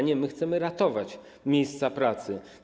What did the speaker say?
Nie, my chcemy ratować miejsca pracy.